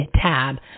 tab